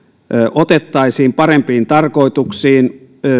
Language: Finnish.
otettaisiin parempiin tarkoituksiin